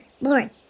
Lauren